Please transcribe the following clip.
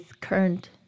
current